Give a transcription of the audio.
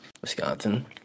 Wisconsin